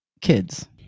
kids